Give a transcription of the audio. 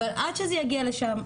אבל עד שזה יגיע לשם,